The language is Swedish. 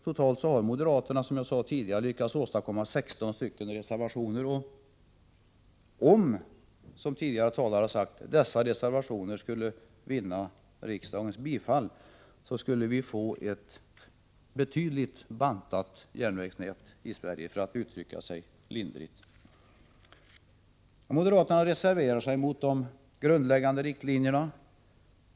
Totalt har moderaterna, som jag tidigare sade, lyckats åstadkomma 16 reservationer. Om — som tidigare talare har sagt — dessa reservationer skulle vinna riksdagens bifall, skulle vi få ett betydligt bantat järnvägsnät i Sverige, för att uttrycka sig lindrigt. Moderaterna reserverar sig mot de grundläggande riktlinjerna.